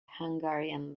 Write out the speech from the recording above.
hungarian